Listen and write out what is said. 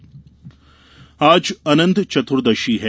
अनंत चतुर्दशी आज अनंत चतुर्दशी है